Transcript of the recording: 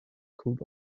called